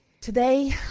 Today